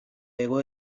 hego